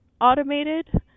automated